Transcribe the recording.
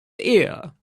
ear